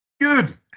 Good